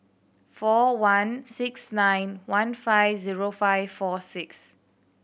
four one six nine one five zero five four six